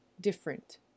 different